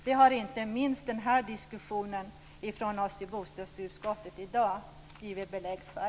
Det har inte minst diskussionen som förts här i dag av oss ledamöter i bostadsutskottet givit belägg för.